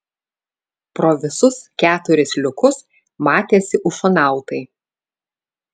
pro visus keturis liukus matėsi ufonautai